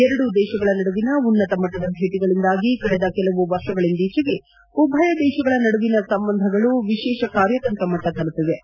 ಎರಡೂ ದೇಶಗಳ ನಡುವಿನ ಉನ್ನತ ಮಟ್ಟದ ಭೇಟಿಗಳಿಂದಾಗಿ ಕಳೆದ ಕೆಲವು ವರ್ಷಗಳಿಂದೀಚೆಗೆ ಉಭಯ ದೇಶಗಳ ನಡುವಿನ ಸಂಬಂಧಗಳು ವಿಶೇಷ ಕಾರ್್ಯತಂತ್ರ ಮಟ್ಟ ತಲುಪಿವೆ